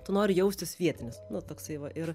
tu nori jaustis vietinis nu toksai va ir